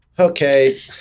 Okay